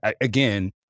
again